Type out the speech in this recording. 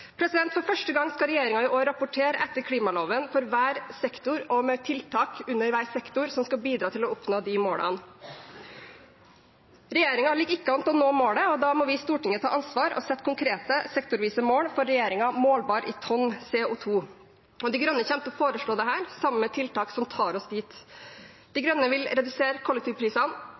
For første gang skal regjeringen i år rapportere etter klimaloven om tiltak under hver sektor som skal bidra til å oppnå de målene. Regjeringen ligger ikke an til å nå målet, og da må vi i Stortinget ta ansvar og sette konkrete sektorvise mål for regjeringen, målbare i tonn CO 2 . De Grønne kommer til å foreslå dette, sammen med tiltak som tar oss dit. De Grønne vil redusere kollektivprisene,